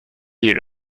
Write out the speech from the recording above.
ils